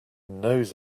knows